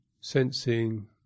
Sensing